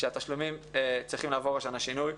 שהתשלומים צריכים לעבור השנה שינוי.